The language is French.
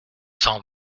cent